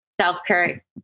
self-care